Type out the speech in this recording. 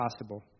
possible